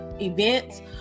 events